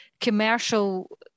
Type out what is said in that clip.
commercial